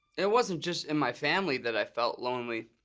it wasn't just in my family that i felt lonely.